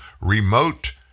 remote